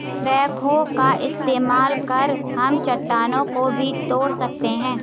backhoe का इस्तेमाल कर हम चट्टानों को भी तोड़ सकते हैं